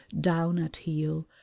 down-at-heel